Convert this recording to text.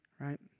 Right